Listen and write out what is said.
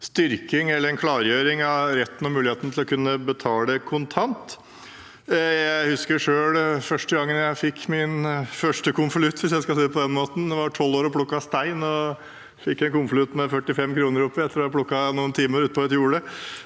styrking, eller en klargjøring, av retten og muligheten til å kunne betale kontant. Jeg husker selv da jeg fikk min første konvolutt, hvis jeg skal si det på den måten. Jeg var 12 år og plukket stein. Jeg fikk en konvolutt med 45 kr oppi etter å ha plukket noen timer ute på et jorde,